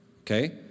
okay